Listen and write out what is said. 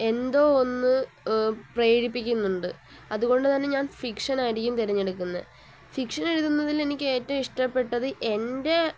എന്തോ ഒന്ന് പ്രേരിപ്പിക്കുന്നുണ്ട് അതുകൊണ്ടുതന്നെ ഞാൻ ഫിക്ഷനായിരിക്കും തിരഞ്ഞെടുക്കുന്നത് ഫിക്ഷൻ എഴുതുന്നതിൽ എനിക്ക് ഏറ്റവും ഇഷ്ടപ്പെട്ടത് എൻ്റെ